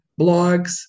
blogs